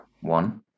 one